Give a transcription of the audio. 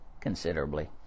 Considerably